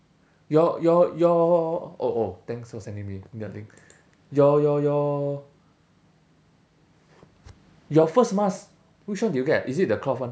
your your your oh oh thanks for sending me the link your your your your first mask which one did you get is it the cloth one